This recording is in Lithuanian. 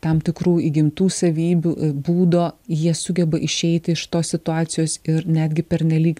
tam tikrų įgimtų savybių būdo jie sugeba išeiti iš tos situacijos ir netgi pernelyg